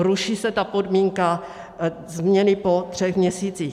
Ruší se ta podmínka změny po třech měsících.